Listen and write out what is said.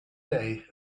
day